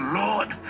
lord